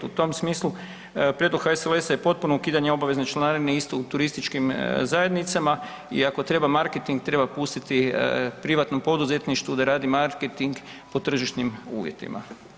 U tom smislu prijedlog HSLS-a je potpuno ukidanje obavezne članarine isto u turističkim zajednicama i ako treba marketing treba pustiti privatnom poduzetništvu da radi marketing po tržišnim uvjetima.